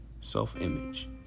self-image